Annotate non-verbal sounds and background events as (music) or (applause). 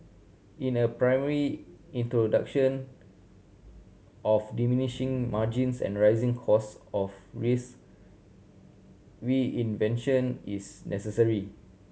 in a primary (unintelligible) of diminishing margins and rising cost of risk reinvention is necessary